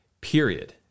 period